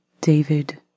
David